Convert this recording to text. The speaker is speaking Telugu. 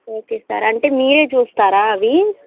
ఓకే సార్ అంటే మీరే చూస్తారా అవి